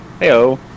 Heyo